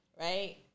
Right